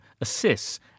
assists